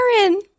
Aaron